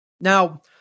Now